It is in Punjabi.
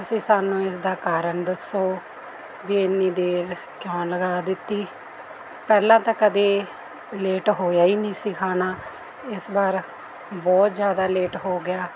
ਤੁਸੀਂ ਸਾਨੂੰ ਇਸਦਾ ਕਾਰਨ ਦੱਸੋ ਵੀ ਇੰਨੀ ਦੇਰ ਕਿਉਂ ਲਗਾ ਦਿੱਤੀ ਪਹਿਲਾਂ ਤਾਂ ਕਦੇ ਲੇਟ ਹੋਇਆ ਹੀ ਨਹੀਂ ਸੀ ਖਾਣਾ ਇਸ ਵਾਰ ਬਹੁਤ ਜ਼ਿਆਦਾ ਲੇਟ ਹੋ ਗਿਆ